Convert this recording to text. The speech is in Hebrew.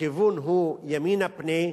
הכיוון הוא ימינה פנה.